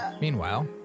Meanwhile